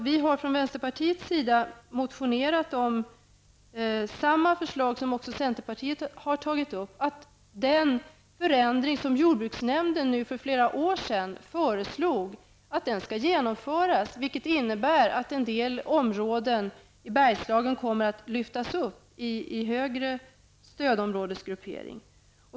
Vi har från vänsterpartiets sida motionerat om samma förslag som också centerpartiet har tagit upp, att den förändring som jordbruksnämnden föreslog för flera år sedan skall genomföras, vilket innebär att en del områden i Bergslagen kommer att lyftas upp i högre stödområdesgruppering.